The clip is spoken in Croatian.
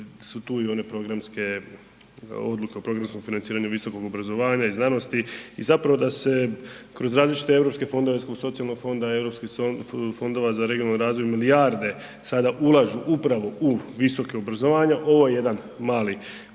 su tu i one programske, odluke o programskom financiranju visokog obrazovanja i znanosti i zapravo da se kroz različite EU fondove, socijalnog fonda, EU fondova za regionalni razvoj milijarde sada ulažu upravo u visoko obrazovanje, ovo je jedan mali